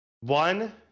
one